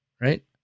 right